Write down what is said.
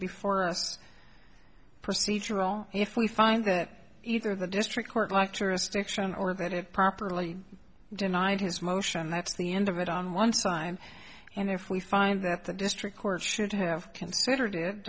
before us procedural if we find that either the district court like tourist action or bend it properly denied his motion that's the end of it on one side and if we find that the district court should have considered it